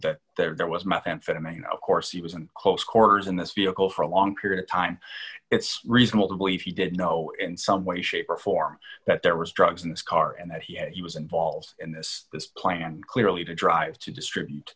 that there was methamphetamine of course he was in close quarters in this vehicle for a long period of time it's reasonable to believe he did know in some way shape or form that there was drugs in his car and that he was involved in this this plan clearly to drive to distribute